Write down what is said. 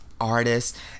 artists